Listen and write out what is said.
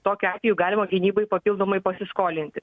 tokiu atveju galima gynybai papildomai pasiskolinti